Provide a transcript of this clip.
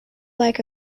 like